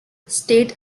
state